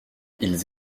ils